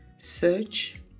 Search